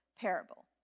parable